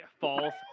false